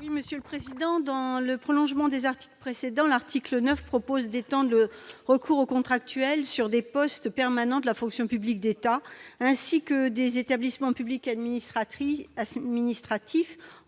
l'amendement n° 25. Dans le prolongement des articles précédents, l'article 9 étend le recours aux contractuels sur des postes permanents de la fonction publique de l'État ainsi que dans des établissements publics administratifs,